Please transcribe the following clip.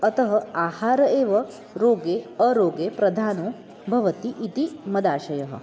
अतः आहारः एव रोगे अरोगे प्रधानः भवति इति मदाशयः